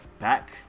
back